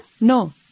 No